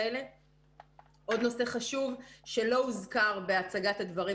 עוד נושא חשוב שלא הוזכר בהצגת הדברים